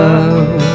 Love